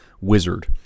wizard